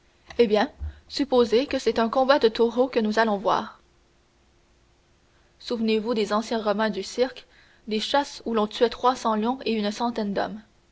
eh bien supposez que c'est un combat que nous allons voir souvenez-vous des anciens romains du cirque des chasses où l'on tuait trois cents lions et une centaine d'hommes